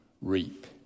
reap